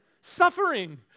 suffering